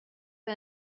for